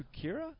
Kira